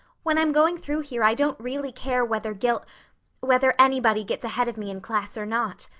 when i'm going through here i don't really care whether gil whether anybody gets ahead of me in class or not.